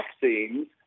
vaccines